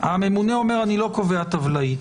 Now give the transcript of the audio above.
הממונה אומר שהוא לא קובע טבלאית,